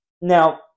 now